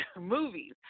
movies